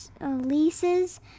leases